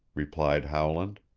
replied howland.